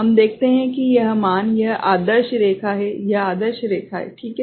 हम देखते हैं कि यह मान यह आदर्श रेखा है यह आदर्श रेखा है ठीक है